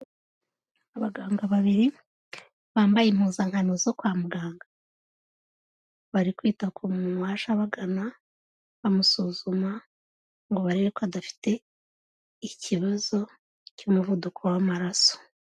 Abaganga babiri bambaye impuzankano zo kwa muganga bari kwita ku muntu waje abagana bamusuzuma ngo barebe ko adafite ikibazo cy'umuvuduko w'amaraso.